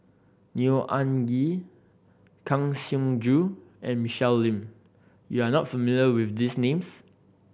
Neo Anngee Kang Siong Joo and Michelle Lim you are not familiar with these names